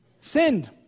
Sinned